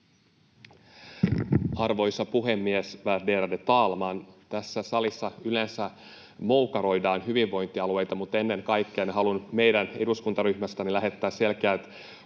Arvoisa puhemies, värderade talman! Tässä salissa yleensä moukaroidaan hyvinvointialueita, mutta ennen kaikkea minä haluan nyt meidän eduskuntaryhmästämme lähettää selkeän,